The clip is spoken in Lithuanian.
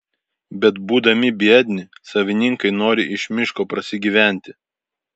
bet būdami biedni savininkai nori iš miško prasigyventi